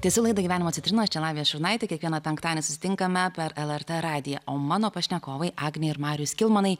tęsiu laidą gyvenimo citrinos čia lavija šurnaitė kiekvieną penktadienį susitinkame per lrt radiją o mano pašnekovai agnė ir marius kilmanai